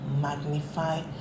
magnify